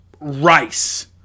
Rice